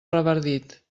revardit